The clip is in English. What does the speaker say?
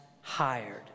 hired